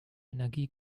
energie